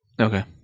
Okay